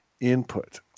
input